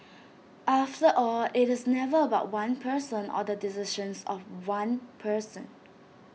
after all IT is never about one person or the decisions of one person